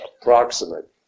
approximate